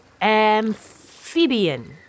Amphibian